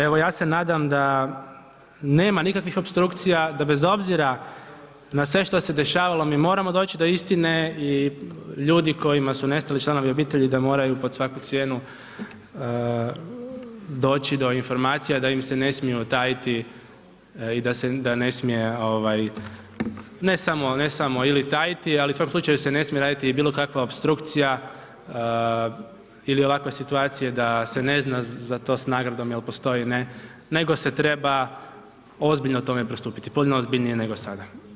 Evo ja se nadam da nema nikakvih opstrukcija, da bez obzira na sve što se dešavalo mi moramo doći do istine i ljudi kojima su nestali članovi obitelji da moraju pod svaku cijenu doći do informacija da im se ne smiju tajiti i da ne smije ovaj, ne samo, ne samo ili tajiti, ali u svakom slučaju se ne smije raditi i bilo kakva opstrukcija ili ovakva situacija da se ne zna za to s nagradom jel postoji, ne, nego se treba ozbiljno tome pristupiti, puno ozbiljnije nego sada.